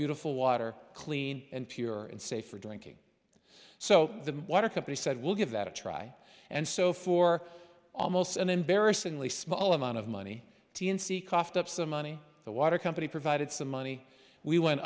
beautiful water clean and pure and safe for drinking so the water company said we'll give that a try and so for almost an embarrassingly small amount of money t n c coughed up some money the water company provided some money we went